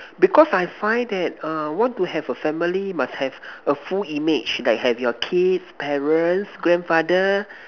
because I find that err want to have a family must have a full image like have your kids parents grandfather